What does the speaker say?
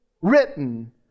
written